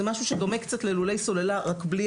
זה משהו שדומה קצת ללולי סוללה רק בלי